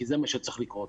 כי זה מה שצריך לקרות.